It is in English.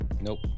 Nope